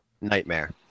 Nightmare